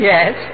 Yes